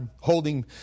holding